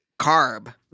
carb